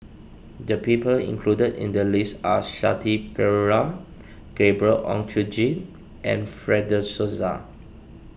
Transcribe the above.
the people included in the list are Shanti Pereira Gabriel Oon Chong Jin and Fred De Souza